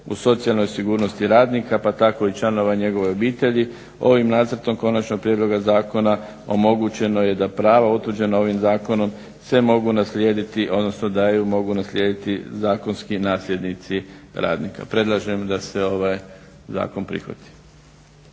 u socijalnoj sigurnosti radnika pa tako i članova njegove obitelji, ovim nacrtom konačnog prijedloga zakona omogućeno je da prava utvrđena ovim zakonom se mogu naslijediti, odnosno da ju mogu naslijediti zakonski nasljednici radnika. Predlažem da se ovaj zakon prihvati.